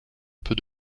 peu